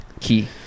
Key